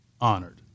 honored